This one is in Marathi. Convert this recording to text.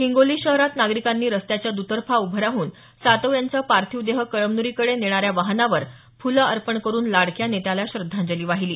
हिंगोली शहरात नागरिकांनी रस्त्याच्या द्रतर्फा उभं राहून सातव यांचं पार्थिव देह कळमनुरीकडे नेणाऱ्या वाहनावर फुलं अर्पण करून लाडक्या नेत्याला श्रद्धांजली वाहिली